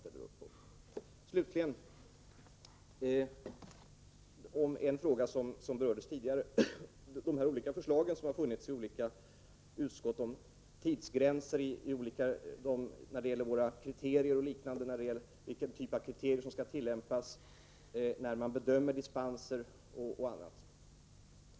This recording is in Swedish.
Slutligen skall jag ta upp en fråga som berörts tidigare, nämligen de olika förslag som har funnits i olika utskott om tidsgränser, om vilken typ av kriterier som skall tillämpas när man bedömer dispenser och annat.